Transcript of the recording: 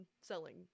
selling